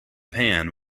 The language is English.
pan